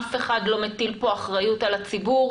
אף אחד לא מטיל פה אחריות על הציבור.